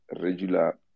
regular